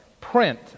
print